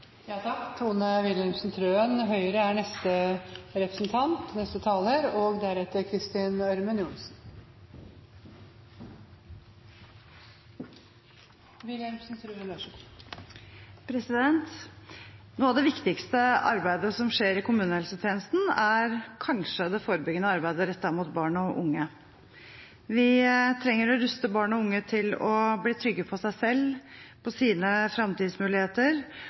og fylker på dette grunnlaget i 2017. Noe av det viktigste arbeidet som skjer i kommunehelsetjenesten, er kanskje det forebyggende arbeidet rettet mot barn og unge. Vi trenger å ruste barn og unge til å bli trygge på seg selv og sine framtidsmuligheter.